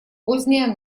поздняя